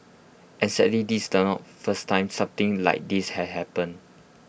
and sadly this the not first time something like this had happened